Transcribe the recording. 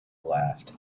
laughed